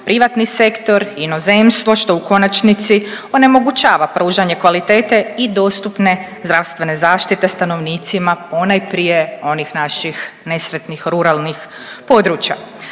privatni sektor, inozemstvo, što u konačnici onemogućava pružanje kvalitete i dostupne zdravstvene zaštite stanovnicima ponajprije onih naših nesretnih ruralnih područja.